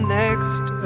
next